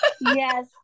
Yes